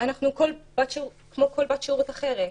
אנחנו כמו כל בת שירות אחרת.